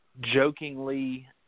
jokingly